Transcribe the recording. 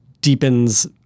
deepens